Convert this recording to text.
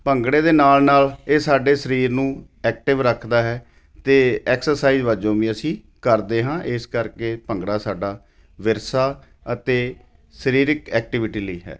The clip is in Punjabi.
ਭੰਗੜੇ ਦੇ ਨਾਲ ਨਾਲ ਇਹ ਸਾਡੇ ਸਰੀਰ ਨੂੰ ਐਕਟਿਵ ਰੱਖਦਾ ਹੈ ਅਤੇ ਐਕਸਰਸਾਈਜ਼ ਵਜੋਂ ਵੀ ਅਸੀਂ ਕਰਦੇ ਹਾਂ ਇਸ ਕਰਕੇ ਭੰਗੜਾ ਸਾਡਾ ਵਿਰਸਾ ਅਤੇ ਸਰੀਰਿਕ ਐਕਟੀਵਿਟੀ ਲਈ ਹੈ